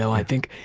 i think